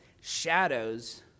shadows